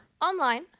Online